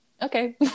Okay